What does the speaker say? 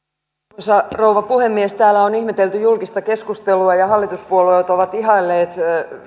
arvoisa rouva puhemies täällä on ihmetelty julkista keskustelua ja hallituspuolueet ovat ihailleet